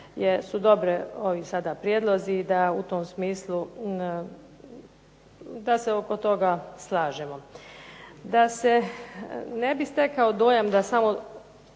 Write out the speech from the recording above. su dobri prijedlozi i u tom smislu da se oko toga slažemo. Da se ne bi stekao dojam da samo